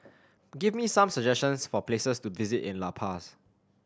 give me some suggestions for places to visit in La Paz